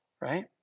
right